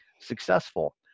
successful